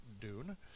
Dune